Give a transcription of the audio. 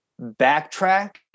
backtrack